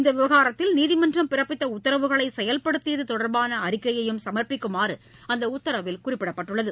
இந்த விவகாரத்தில் நீதிமன்றம் பிறப்பித்த உத்தரவுகளை செயல்படுத்தியது தொடர்பாள அறிக்கையையும் சமர்பிக்குமாறு அந்த உத்தரவில் குறிப்பிடப்பட்டுள்ளது